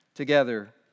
together